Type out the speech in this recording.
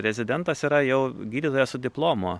rezidentas yra jau gydytojas su diplomu